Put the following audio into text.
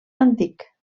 antic